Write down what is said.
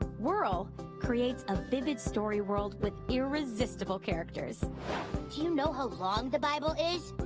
ah whirl creates a vivid story world with irresistible characters. do you know how long the bible is?